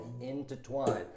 intertwined